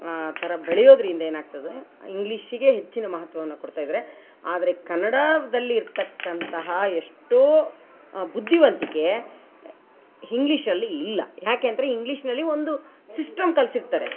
ಆ ಥರ ಬೆಳೆಯೋದ್ರಿಂದ ಏನಾಗ್ತದೆ ಇಂಗ್ಲೀಷಿಗೆ ಹೆಚ್ಚಿನ ಮಹತ್ವವನ್ನು ಕೊಡ್ತ ಇದಾರೆ ಆದರೆ ಕನ್ನಡದಲ್ಲಿ ಇರ್ತಕ್ಕಂತಹ ಎಷ್ಟೋ ಬುದ್ದಿವಂತಿಕೆ ಇಂಗ್ಲಿಷಲ್ಲಿ ಇಲ್ಲ ಯಾಕಂದ್ರೆ ಇಂಗ್ಲೀಷ್ನಲ್ಲಿ ಒಂದು ಸಿಸ್ಟಮ್ ಕಲಿಸಿರ್ತಾರೆ